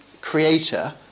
Creator